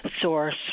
source